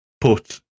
put